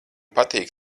patīk